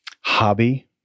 hobby